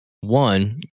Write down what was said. one